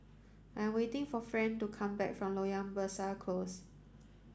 I am waiting for Friend to come back from Loyang Besar Close